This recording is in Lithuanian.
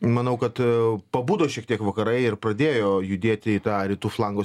manau kad pabudo šiek tiek vakarai ir pradėjo judėti į tą rytų flango